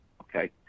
okay